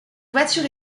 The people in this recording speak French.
voiture